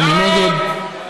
מי נגד?